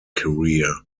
career